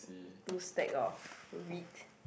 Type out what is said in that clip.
two stack of reed